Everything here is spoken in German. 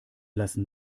lassen